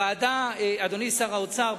אדוני שר האוצר,